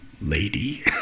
lady